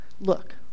look